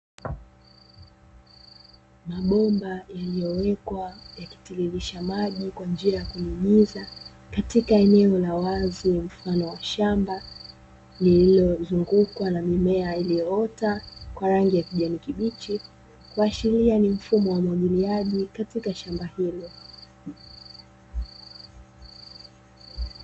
Mabomba yaliyo wekwa yakitirilisha maji kwa njia ya kunyunyiza katika eneo la wazi mfano wa shamba lilizungukwa na mimea iliyoota kwa rangi ya kijani kibichi. Kuashiria ni mfumo wa umwagiliaji katika shamba hilo.